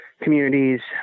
Communities